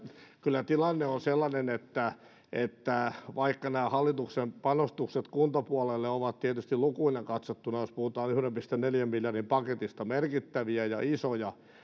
kyllä tilanne on sellainen että että vaikka nämä hallituksen panostukset kuntapuolelle ovat tietysti lukuina katsottuna jos puhutaan yhden pilkku neljän miljardin paketista merkittäviä ja isoja